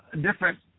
different